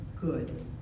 good